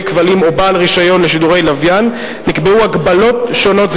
כבלים או בעל רשיון לשידורי לוויין נקבעו הגבלות שונות,